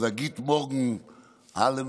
אז אגיט מורגו א-למן,